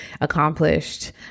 accomplished